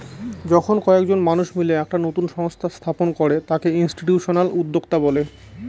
যখন কয়েকজন মানুষ মিলে একটা নতুন সংস্থা স্থাপন করে তাকে ইনস্টিটিউশনাল উদ্যোক্তা বলে